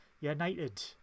United